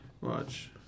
Watch